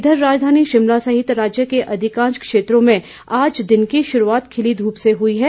इधर राजधानी शिमला सहित राज्य के अधिकांश क्षेत्रों में आज दिन की शुरूआत खिली धूप से हुई है